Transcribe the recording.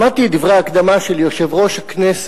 שמעתי את דברי ההקדמה של יושב-ראש הכנסת,